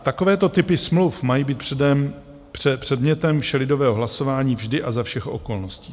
Takovéto typy smluv mají být předmětem všelidového hlasování vždy a za všech okolností.